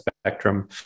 spectrum